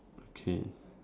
okay